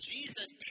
Jesus